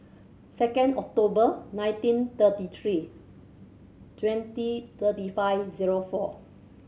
second October nineteen thirty three twenty thirty five zero four